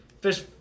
fish